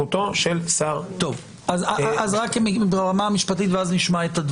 אני רוצה להגיד לך שבאוכלוסייה החרדית נעשית מערכת הסברה